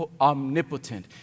omnipotent